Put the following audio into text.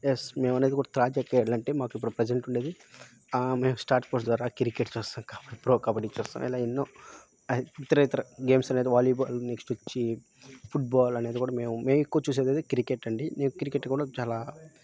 yes మేముమనేది కూడా తాజా క్రీడలు అంటే మాకు ఇప్పుడు ప్రెసెంట్ ఉండేది ఆ మేము స్టార్ స్పోర్ట్స్ ద్వారా క్రికెట్ చూస్తాం క ప్రో కబడ్డీ చూస్తాం ఇలా ఎన్నో ఇతరేతర గేమ్స్ అనేది వాలీబాల్ నెక్స్ట్ వచ్చి ఫుట్బాల్ అనేది కూడా మేము మేము చూసేది ఇది క్రికెట్ అండి మేము క్రికెట్ కూడా చాలా